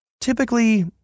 Typically